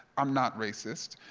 i'm not racist.